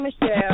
Michelle